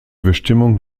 bestimmung